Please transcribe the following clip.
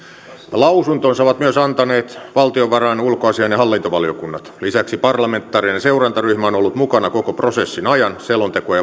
lausuntonsa ovat myös antaneet valtiovarain ulkoasiain ja hallintovaliokunta lisäksi parlamentaarinen seurantaryhmä on ollut mukana koko prosessin ajan selontekoa